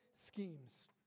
Schemes